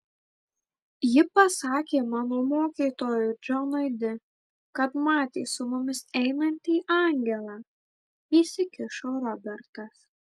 ji pasakė mano mokytojui džonui di kad matė su mumis einantį angelą įsikišo robertas